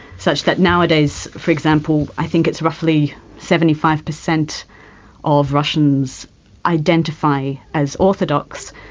such that nowadays, for example, i think it's roughly seventy five per cent of russians identify as orthodox,